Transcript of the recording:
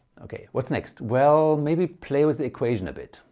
okay what's next? well maybe play with the equation a bit.